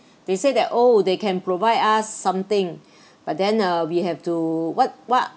they said that oh they can provide us something but then uh we have to what what